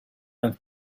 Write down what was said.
and